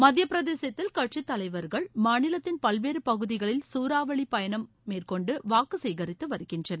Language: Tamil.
மத்தியப்பிரதேசத்தில் கட்சித் தலைவர்கள் மாநிலத்தின் பல்வேறு பகுதிகளில் சூறாவளி கற்றுப்பயணம் மேற்கொண்டு வாக்கு கேகரித்து வருகின்றனர்